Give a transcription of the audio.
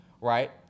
right